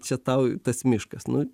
čia tau tas miškas nu